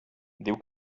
diu